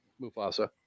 Mufasa